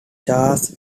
chas